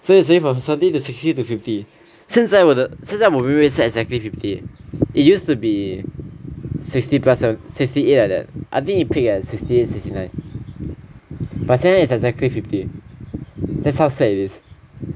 so it's suddenly from seventy to sixty to fifty 现在我的我 real rank 是 exactly fifty it used to be sixty plus seven~ sixty eight like that I think it peak at sixty eight sixty nine but 现在 is exactly fifty that's how sad it is